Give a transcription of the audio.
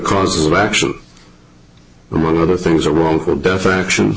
causes of action among other things a wrongful death action